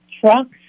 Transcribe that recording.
trucks